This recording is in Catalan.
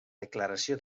declaració